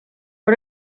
per